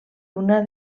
una